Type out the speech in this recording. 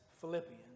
Philippians